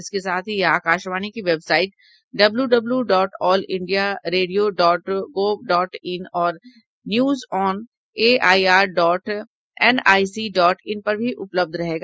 इसके साथ ही यह आकाशवाणी की website W W dot all India radio dot gov dot in और news on AIR dot NIC dot in पर भी उपलब्ध रहेगा